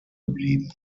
geblieben